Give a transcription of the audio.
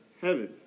heaven